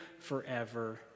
forever